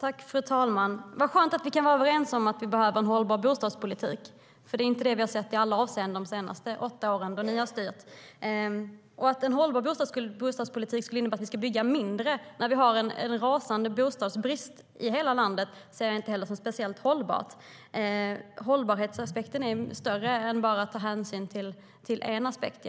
Fru talman! Vad skönt att vi kan vara överens om att vi behöver en hållbar bostadspolitik, Ola Johansson! Det är ju inte detta vi har sett i alla avseenden under de senaste åtta åren då ni har styrt. Att en sådan bostadspolitik skulle kunna innebära att vi bygger mindre när vi har en rasande bostadsbrist i hela landet ser jag inte som speciellt hållbart. Hållbarhetsaspekten innebär mer än att bara ta hänsyn till en aspekt.